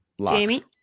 Jamie